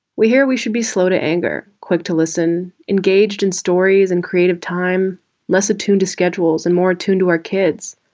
we hear we should be slow to anger quick to listen engaged in stories and creative time less attuned to schedules and more tuned to our kids.